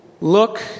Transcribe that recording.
look